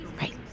Right